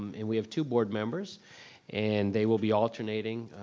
and we have two board members and they will be alternating,